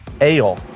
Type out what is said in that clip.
Ale